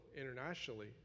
internationally